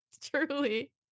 Truly